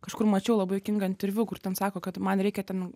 kažkur mačiau labai juokingą interviu kur ten sako kad man reikia ten